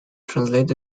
translated